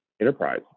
enterprise